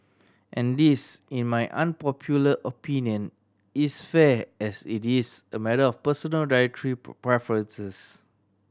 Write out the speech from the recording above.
and this in my unpopular opinion is fair as it is a matter of personal dietary preferences